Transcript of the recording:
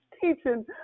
teaching